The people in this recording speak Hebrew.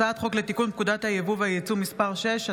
הצעת חוק לתיקון פקודת היבוא והיצוא (מס' 6),